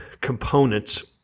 components